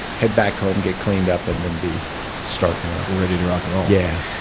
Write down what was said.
head back home, get cleaned up and then be starting work. ready to rock and roll. yeah.